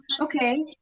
okay